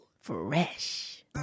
Fresh